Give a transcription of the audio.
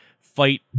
fight